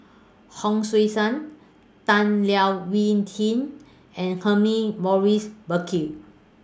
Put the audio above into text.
Hon Sui Sen Tan Leo Wee Hin and Humphrey Morris Burkill